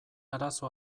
arazo